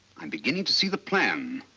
i'm beginning to see the plan.